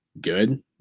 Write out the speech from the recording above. good